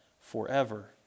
forever